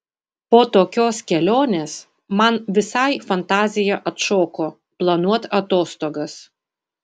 po tokios kelionės man visai fantazija atšoko planuot atostogas